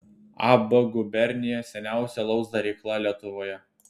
ab gubernija seniausia alaus darykla lietuvoje